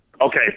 Okay